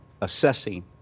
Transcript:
assessing